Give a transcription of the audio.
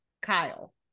Kyle